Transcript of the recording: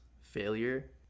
failure